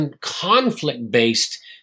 conflict-based